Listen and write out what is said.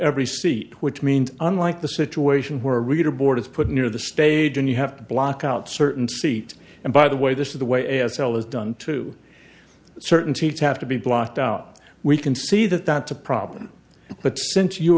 every seat which means unlike the situation where a reader board is put near the stage and you have to block out certain seat and by the way this is the way as it was done to a certainty to have to be blocked out we can see that that's a problem but since you